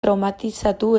traumatizatu